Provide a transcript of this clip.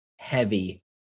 heavy